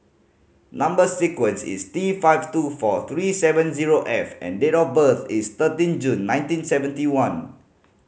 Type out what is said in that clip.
number sequence is T five two four three seven zero F and date of birth is thirteen June nineteen seventy one